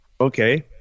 okay